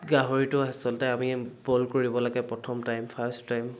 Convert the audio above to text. গাহৰিটো আচলতে আমি বইল কৰিব লাগে প্ৰথম টাইম ফাৰ্ষ্ট টাইম